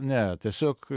ne tiesiog